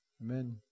Amen